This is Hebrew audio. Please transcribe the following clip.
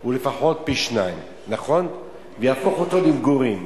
הוא לפחות פי-שניים ויהפוך אותו למגורים?